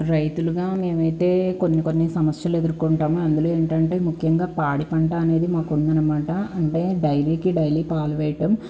రైతులుగా మేమైతే కొన్నికొన్ని సమస్యలు ఎదుర్కొంటాము అందులో ఏమిటంటే ముఖ్యంగా పాడిపంట అనేది మాకు ఉందన్నమాట అంటే డైరీకి డైలీ పాలు వేయడం